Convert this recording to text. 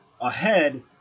ahead